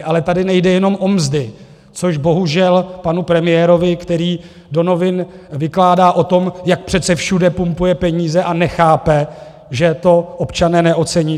Ale tady nejde jenom o mzdy, což bohužel panu premiérovi, který do novin vykládá o tom, jak přece všude pumpuje peníze, a nechápe, že to občané neocení.